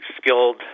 skilled